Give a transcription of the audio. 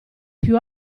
più